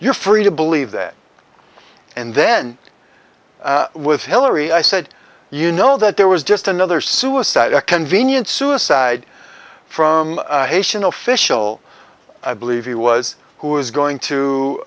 you're free to believe that and then with hillary i said you know that there was just another suicide a convenient suicide from haitian official i believe he was who was going